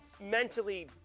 mentally